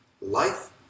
life